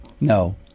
no